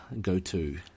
go-to